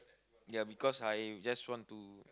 ya because I just want to